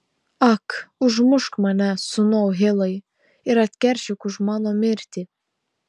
ak užmušk mane sūnau hilai ir atkeršyk už mano mirtį